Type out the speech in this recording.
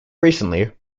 recently